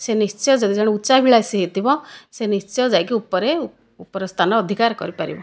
ସେ ନିଶ୍ଚୟ ଯଦି ଜଣେ ଉଚ୍ଚାଭିଳାଷୀ ହୋଇଥିବ ସେ ନିଶ୍ଚୟ ଯାଇକି ଉପରେ ଉପର ସ୍ଥାନ ଅଧିକାର କରିପାରିବ